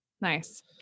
nice